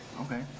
okay